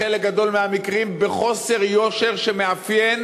בחלק גדול מהמקרים בחוסר יושר שמאפיין